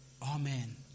Amen